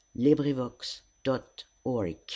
LibriVox.org